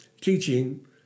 teaching